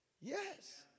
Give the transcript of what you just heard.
Yes